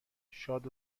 شاد